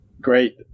Great